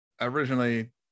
originally